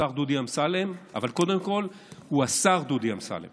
השר דודי אמסלם, אבל קודם כול הוא השר דודי אמסלם